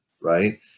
right